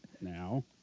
Now